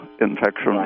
infection